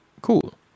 Cool